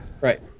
Right